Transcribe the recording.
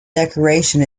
decoration